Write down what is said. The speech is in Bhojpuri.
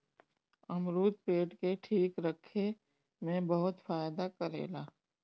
अमरुद पेट के ठीक रखे में बहुते फायदा करेला